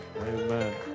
Amen